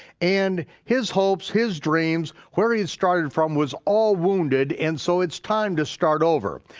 and his hopes, his dreams, where he started from was all wounded and so it's time to start over.